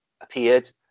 appeared